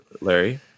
larry